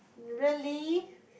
really